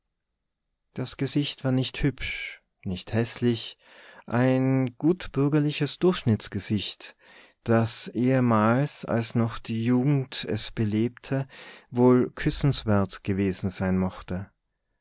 das gesicht war nicht hübsch nicht häßlich ein gutbürgerliches durchschnittsgesicht das ehemals als noch die jugend es belebte wohl küssenswert gewesen sein mochte